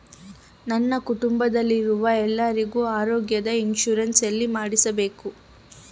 ನನ್ನ ಕುಟುಂಬದಲ್ಲಿರುವ ಎಲ್ಲರಿಗೂ ಆರೋಗ್ಯದ ಇನ್ಶೂರೆನ್ಸ್ ಎಲ್ಲಿ ಮಾಡಿಸಬೇಕು?